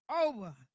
over